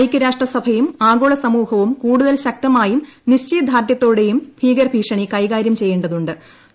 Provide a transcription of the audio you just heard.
ഐകൃരാഷ്ട്രസഭയും ആഗോള സ്ഥൂഹവും കൂടുതൽ ശക്തമായും നിശ്ചയദാർഢ്യത്തോടെയുട്ടു ഭീകര ഭീഷണി കൈകാര്യം ചെയ്യേ തു ്